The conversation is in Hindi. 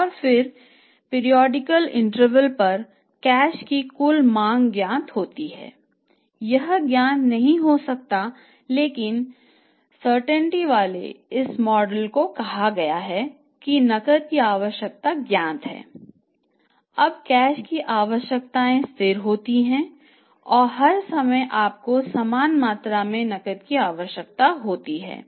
और फिर पेरिओडिकल इंटरवल होती है